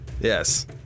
Yes